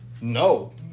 No